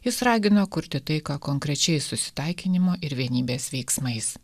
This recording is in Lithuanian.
jis ragino kurti taiką konkrečiais susitaikinimo ir vienybės veiksmais